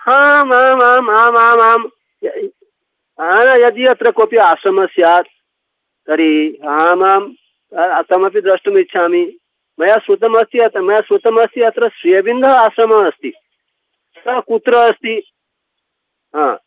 हाम् आमामामामामां य् यदि अत्र कोऽपि आश्रमः स्यात् तर्हि आमाम् अहमपि द्रष्टुम् इच्छामि मया श्रुतमस्ति अतः मया श्रुतमस्ति अत्र सेबिन्द आश्रमः अस्ति तत् कुत्र अस्ति आ